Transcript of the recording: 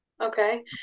Okay